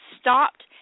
stopped